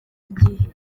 igihe